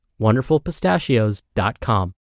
wonderfulpistachios.com